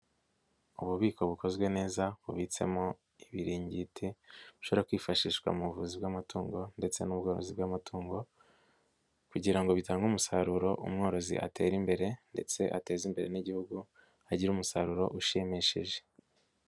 Ububiko bukozwe neza bubitsemo ibiringiti, bushobora kwifashishwa mu buvuzi bw'amatungo ndetse n'ubworozi bw'amatungo kugira ngo bitange umusaruro, umworozi atere imbere ndetse ateze imbere n'igihugu, agire umusaruro ushimishije.